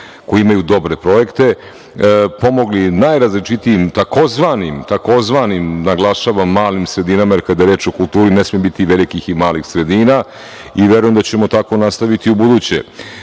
koji imaju dobre projekte, pomogli najrazličitijim tzv, naglašavam, malim sredinama, jer kada je reč o kulturi ne sme biti velikih i malih sredina i verujem da ćemo tako nastaviti i